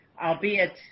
albeit